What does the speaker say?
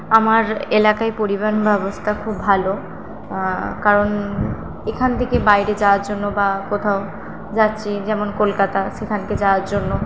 আমার এলাকায় পরিবহন ব্যবস্থা খুব ভালো কারণ এখান থেকে বাইরে যাওয়ার জন্য বা কোথাও যাচ্ছি যেমন কলকাতা সেখানে যাওয়ার জন্য